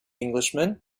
englishman